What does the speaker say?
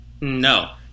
no